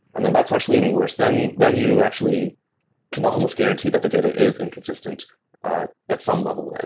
and then that's actually worse. then then you actually can almost guarantee that the data is inconsistent at at some level,